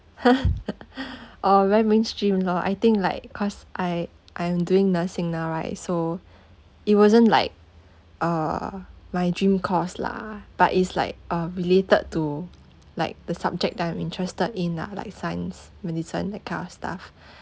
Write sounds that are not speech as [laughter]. [laughs] oh very mainstream lor I think like cause I I am doing nursing now right so it wasn't like uh my dream course lah but it's like a related to like the subject that I'm interested in ah like science medicine that kind of stuff [breath]